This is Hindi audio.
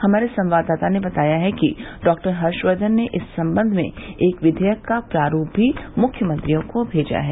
हमारे संवाददाता ने बताया है कि डॉ हर्षवर्धन ने इस संबंध में एक विधेयक का प्रारूप भी मुख्यमंत्रियों को भेजा है